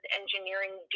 engineering